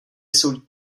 jsou